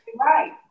right